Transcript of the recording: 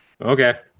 okay